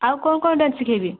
ଆଉ କ'ଣ କ'ଣ ଡାନ୍ସ ଶିଖାଇବି